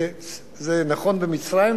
זה נכון במצרים,